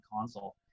console